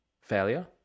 failure